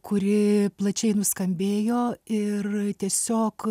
kuri plačiai nuskambėjo ir tiesiog